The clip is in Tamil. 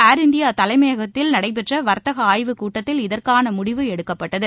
ஏர் இந்தியா தலைமையகத்தில் நடைபெற்ற வர்த்தக ஆய்வுக்கூட்டத்தில் இதற்கான முடிவு எடுக்கப்பட்டது